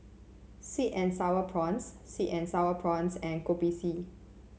sweet and sour prawns sweet and sour prawns and Kopi C